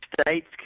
states